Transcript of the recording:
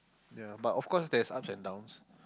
ya but of course there's ups and downs